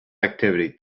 activity